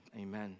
Amen